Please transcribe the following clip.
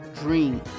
dream